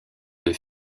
deux